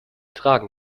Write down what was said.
tragen